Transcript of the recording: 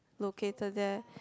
located there